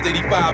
85%